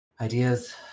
ideas